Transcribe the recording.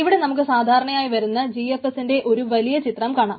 ഇവിടെ നമുക്ക് സാധാരണയായി വരുന്ന GFSന്റെ ഒരു വലിയ ചിത്രം കാണാം